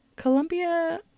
Colombia